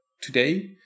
today